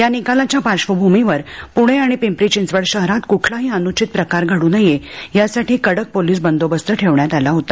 या निकालाच्या पार्श्वभूमीवर पुणे आणि पिंपरी चिंचवड शहरात कुठलाही अनुचित प्रकार घडू नये यासाठी कडक पोलीस बंदोबस्त ठेवण्यात आला होता